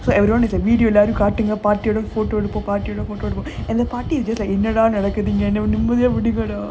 so everyone is like video காட்டுங்க:kaatunga photo எடுங்க காட்டுங்க:ednuga kaatunga and the party is என்னடா நடக்குது இங்க என்ன நிம்மதியா விடுங்கடா:ennadaa nadakuthu inga enna nimmathiyaa vidungadaa